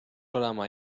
olema